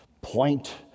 point